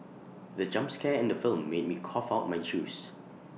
the jump scare in the film made me cough out my juice